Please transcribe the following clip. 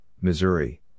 Missouri